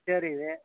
ಇವೆ